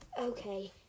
Okay